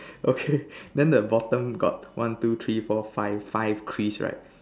okay then the bottom got one two three four five five crease right